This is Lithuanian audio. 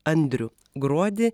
andrių gruodį